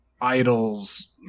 idols